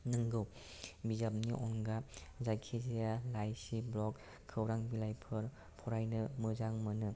नंगौ बिजाबनि अनगा जायखिजाया लाइसि ब्ल'ग खौरां बिलाइफोर फरायनो मोजां मोनो